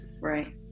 Right